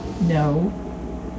No